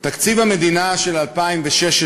תקציב המדינה ל-2016,